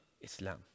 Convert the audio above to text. Islam